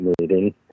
meeting